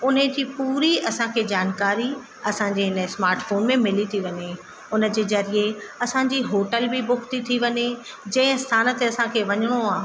उन जी पूरी असांखे जानकारी असांजे हिन स्माटफोन में मिली थी वञे उन जे ज़रिए असांजी होटल बि बुक ती थी वञे जे स्थान ते असांखे वञिणो आहे